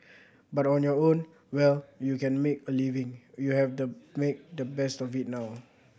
but on your own well you can make a living you have the make the best of it now